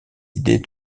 idées